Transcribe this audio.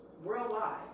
Worldwide